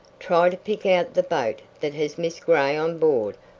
try to pick out the boat that has miss gray on board.